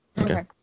Okay